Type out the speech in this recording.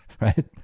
right